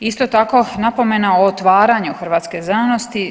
Isto tako napomena o otvaranju hrvatske znanosti.